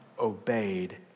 obeyed